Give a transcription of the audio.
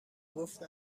گفتم